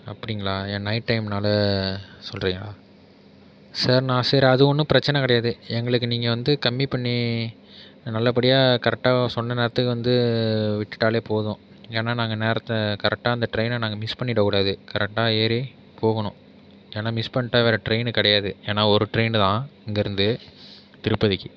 அப்படிங்களா நைட் டைம்னால் சொல்கிறிகங்ளா செரிணா சரி அது ஒன்றும் பிரச்சனை கிடையாது எங்களுக்கு நீங்கள் வந்து கம்மி பண்ணி நல்ல படியாக கரெக்ட்டாக சொன்ன நேரத்துக்கு வந்து விட்டுட்டாலே போதும் ஏன்னா நாங்கள் நேரத்தை கரெக்ட்டாக அந்த ட்ரெயினை நாங்கள் மிஸ் பண்ணிட கூடாது கரெக்ட்டாக ஏறி போகணும் ஏன்னா மிஸ் பண்ணிட்டா வேறே ட்ரெயின் கிடையாது ஏன்னா ஒரு ட்ரெயின்தான் இங்கேருந்து திருப்பதிக்கு